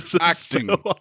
acting